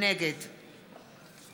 נגד